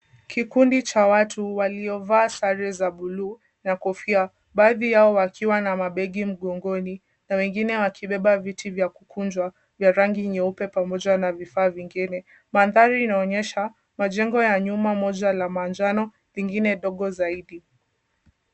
Kikundi cha watu waliovaa sare za buluu na kofia, baadhi yao wakiwa na mabegi mgongoni na wengine wakibeba viti vya kukunjwa vya rangi nyeupe pamoja na vifaa vingine. Mandhari inaonyesha majengo ya nyuma moja la manjano, lingine ndogo zaidi.